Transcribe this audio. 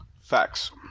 facts